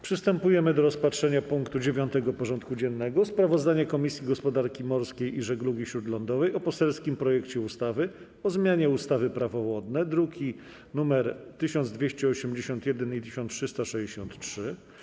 Przystępujemy do rozpatrzenia punktu 9. porządku dziennego: Sprawozdanie Komisji Gospodarki Morskiej i Żeglugi Śródlądowej o poselskim projekcie ustawy o zmianie ustawy - Prawo wodne (druki nr 1281 i 1363)